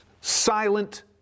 silent